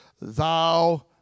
thou